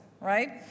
right